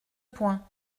point